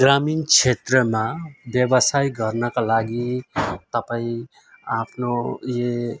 ग्रामीण क्षेत्रमा व्यवसाय गर्नका लागि तपाईँ आफ्नो